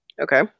okay